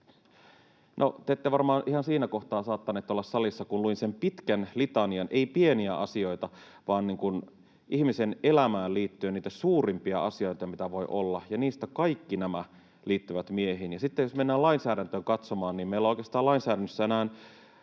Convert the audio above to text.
te ette varmaan ihan siinä kohtaa saattanut olla salissa, kun luin sen pitkän litanian — ei pieniä asioita vaan ihmisen elämään liittyen niitä suurimpia asioita, mitä voi olla — ja niistä nämä kaikki liittyivät miehiin. Ja sitten jos mennään lainsäädäntöä katsomaan, niin meillä oikeastaan lainsäädännössä on